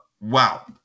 wow